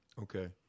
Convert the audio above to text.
okay